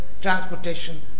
transportation